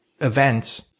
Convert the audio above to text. events